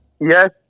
Yes